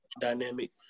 dynamic